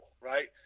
right